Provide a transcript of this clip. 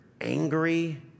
angry